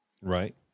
Right